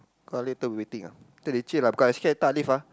uh later we waiting ah later leceh lah because later I scared later Alif ah